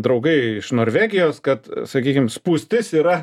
draugai iš norvegijos kad sakykim spūstis yra